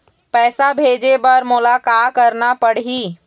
पैसा भेजे बर मोला का करना पड़ही?